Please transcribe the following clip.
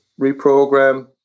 reprogram